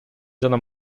жана